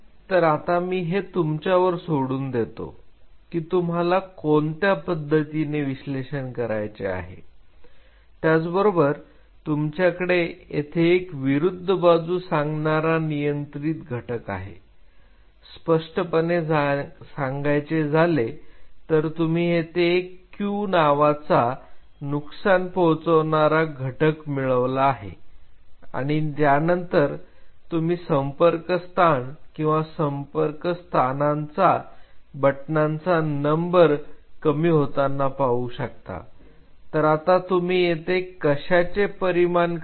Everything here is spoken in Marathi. तर आता मी हे तुमच्यावर सोडून देतो की तुम्हाला कोणत्या पद्धतीने विश्लेषण करायचे आहे त्याच बरोबर तुमच्याकडे येथे एक विरुद्ध बाजू सांगणारा नियंत्रीत घटक आहे स्पष्टपणे सांगायचे झाले तर तुम्ही येथे एक Q नावाचा नुकसान पोहोचवणारा घटक मिळवला आहे आणि यानंतर तुम्ही संपर्क स्थान किंवा संपर्क स्थानांचा बटनांचा नंबर कमी होताना पाहू शकता तर आता तुम्ही येथे कशाचे परिमान करता